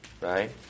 Right